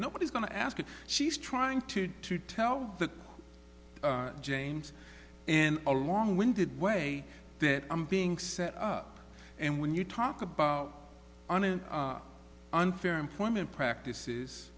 nobody's going to ask you she's trying to do to tell the james and a long winded way that i'm being set up and when you talk about on an unfair employment practices